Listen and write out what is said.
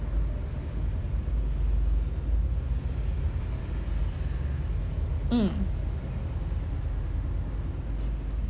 mm